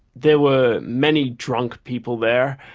there were many drunk people there.